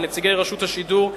ונציגי רשות השידור,